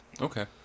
Okay